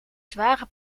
zware